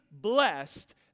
blessed